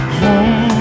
home